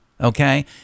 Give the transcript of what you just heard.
okay